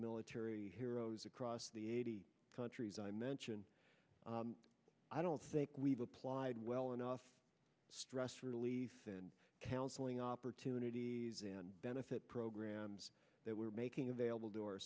military heroes across the eighty countries i mentioned i don't think we've applied well enough stress relief and counseling opportunities and benefit programs that we're making available to or